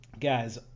guys